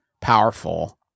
powerful